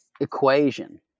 equation